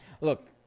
Look